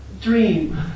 dream